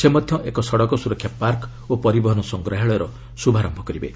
ସେ ମଧ୍ୟ ଏକ ସଡକ ସୁରକ୍ଷା ପାର୍କ ଓ ପରିବହନ ସଂଗ୍ରହାଳୟର ଶୁଭାରମ୍ଭ କରିବେ